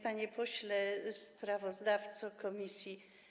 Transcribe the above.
Panie Pośle Sprawozdawco Komisji!